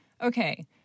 okay